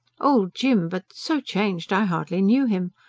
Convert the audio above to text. old jim, but so changed i hardly knew him.